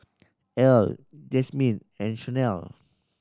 Earl Jasmyne and Chanelle